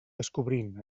descobrint